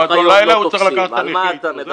לילה הוא צריך לקחת את הנכה איתו.